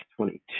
22